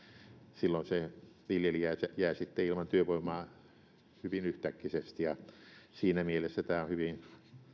silloin se viljelijä jää sitten ilman työvoimaa hyvin yhtäkkisesti ja siinä mielessä tämä on hyvin